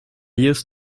used